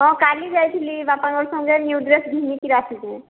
ହଁ କାଲି ଯାଇଥିଲି ବାପାଙ୍କର ସାଙ୍ଗେ ନ୍ୟୁ ଡ୍ରେସ୍ ଘିନିକିରି ଆସିଛେ